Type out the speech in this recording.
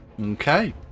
Okay